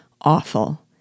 awful